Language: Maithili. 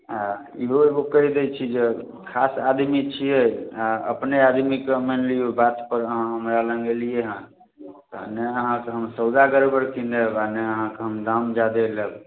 आ इहो एगो कहि दैत छी जे खास आदमी छियै आ अपने आदमीके मानि लियौ बातपर अहाँ हमरा लग एलियैए तऽ नहि अहाँकेँ हम सौदा गड़बड़ कीन देब आ नहि अहाँकेँ हम दाम ज्यादे लेब